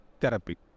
therapy